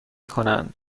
کنند